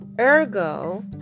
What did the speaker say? ergo